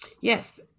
yes